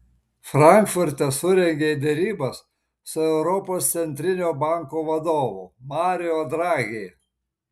frankfurte surengė derybas su europos centrinio banko vadovu mario draghi